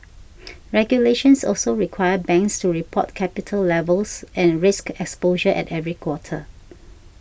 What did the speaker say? regulations also require banks to report capital levels and risk exposure at every quarter